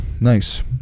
nice